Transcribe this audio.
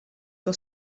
tua